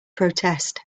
protest